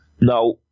Now